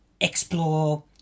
explore